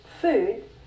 food